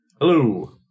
Hello